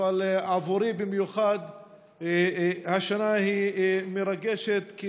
אבל עבורי השנה היא מרגשת במיוחד,